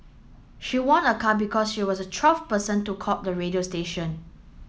she won a car because she was the twelfth person to call the radio station